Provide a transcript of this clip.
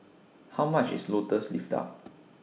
How much IS Lotus Leaf Duck